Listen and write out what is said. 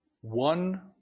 One